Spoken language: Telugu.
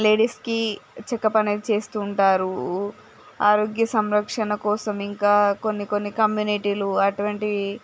లేడీస్కి చెకప్ అనేది చేస్తూ ఉంటారు ఆరోగ్య సంరక్షణ కోసం ఇంకా కొన్ని కొన్ని కమ్యూనిటీలు అటువంటివి